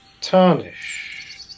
tarnish